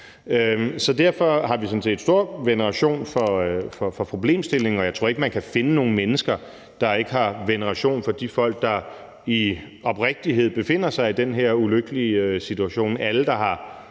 Derfor har vi sådan set stor sympati med hensyn til problemstillingen, og jeg tror ikke, man kan finde nogen mennesker, der ikke har veneration for de folk, der i oprigtighed befinder sig i den her ulykkelige situation. Alle, der har